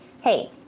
hey